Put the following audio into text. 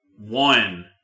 one